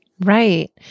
Right